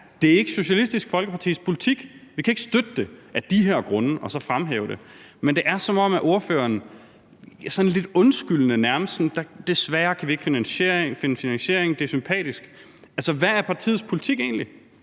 Det er ikke Socialistisk Folkepartis politik; vi kan ikke støtte det af de her grunde og så fremhæve dem. Men det er, som om ordføreren sådan lidt undskyldende nærmest siger: Desværre kan vi ikke finde finansiering; det er sympatisk. Altså, hvad er partiets politik egentlig?